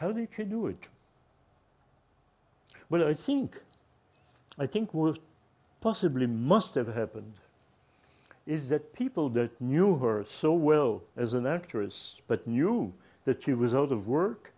you could do it but i think i think was possibly must have happened is that people that knew her so well as an actress but knew that she was out of work